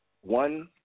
One